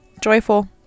joyful